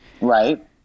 Right